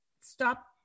stop